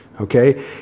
okay